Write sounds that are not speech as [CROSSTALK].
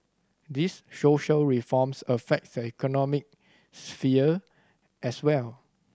these social reforms affect [UNINTELLIGIBLE] the economic sphere as well